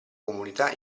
comunità